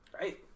right